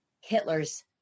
Hitler's